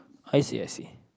I see I see